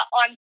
on